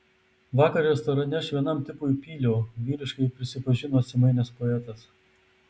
vakar restorane aš vienam tipui pyliau vyriškai prisipažino atsimainęs poetas